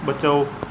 बचाओ